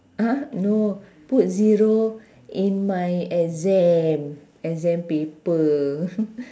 ah no put zero in my exam exam paper